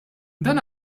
dan